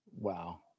Wow